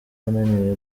yananiwe